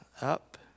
up